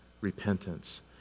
repentance